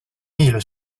mille